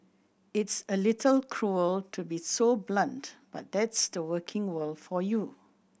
it's a little cruel to be so blunt but that's the working world for you